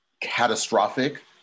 catastrophic